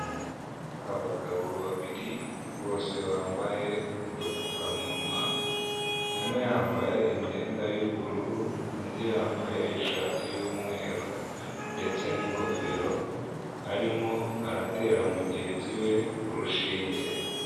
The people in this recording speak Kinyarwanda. Abagabo babiri bose bambaye udupfukamunwa, umwe yambaye imyenda y'ubururu, undi yambaye ishati y'umweru ndetse n'ingofero, arimo aratera mugenzi we urushinge.